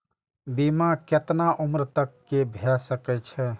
बीमा केतना उम्र तक के भे सके छै?